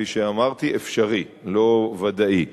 כפי שאמרתי, אפשרי, לא ודאי.